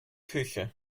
küche